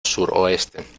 suroeste